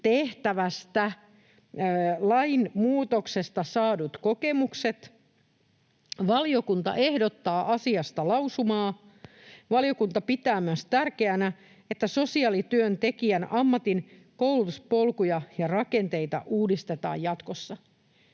tehtävästä lainmuutoksesta saadut kokemukset. Valiokunta ehdottaa asiasta lausumaa. Valiokunta pitää myös tärkeänä, että sosiaalityöntekijän ammatin koulutuspolkuja ja ‑rakenteita uudistetaan jatkossa.”